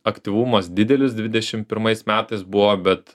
aktyvumas didelis dvidešim pirmais metais buvo bet